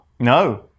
No